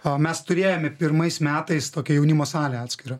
o mes turėjome pirmais metais tokią jaunimo salę atskirą